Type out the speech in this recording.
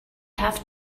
have